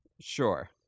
Sure